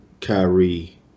Kyrie